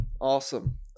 Awesome